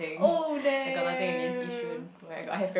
oh damn ya